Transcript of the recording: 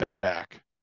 back